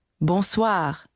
Bonsoir